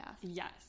Yes